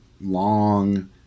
long